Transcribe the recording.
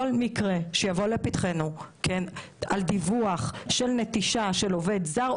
כל מקרה שיבוא לפתחנו על דיווח של נטישה של עובד זר,